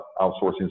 outsourcing